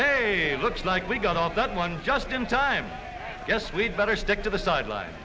looks like we got off that one just in time i guess we'd better stick to the sideline